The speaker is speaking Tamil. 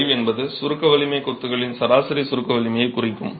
5 என்பது சுருக்க வலிமை கொத்துகளின் சராசரி சுருக்க வலிமையைக் குறிக்கும்